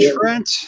trent